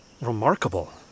remarkable